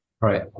Right